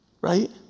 right